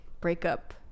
breakup